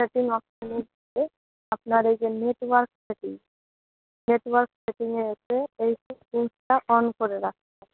setting অপশানে গিয়ে আপনার এই যে নেটওয়ার্ক সেটিং নেটওয়ার্ক সেটিংয়ে এসে এই যে সুইচটা অন করে রাখুন